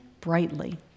brightly